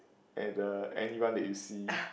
at the anyone that you see